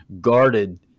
guarded